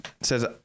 Says